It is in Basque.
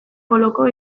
poloko